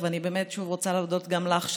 ואני באמת שוב רוצה להודות גם לך,